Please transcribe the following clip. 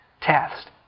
test